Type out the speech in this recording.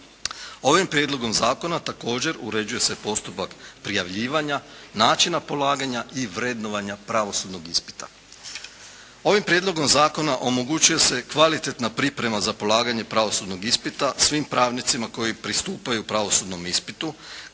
Ovim prijedlogom zakona također, uređuje se postupak prijavljivanja, načina polaganja i vrednovanja pravosudnog ispita. Ovim prijedlogom zakona omogućuje se kvalitetna priprema za polaganje pravosudnog ispita svim pravnicima koji pristupaju pravosudnom ispitu,